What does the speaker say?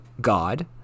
God